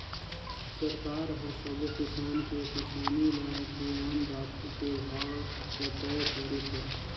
सरकार हर सबो किसान के किसानी ल धियान राखके भाव ल तय करिस हे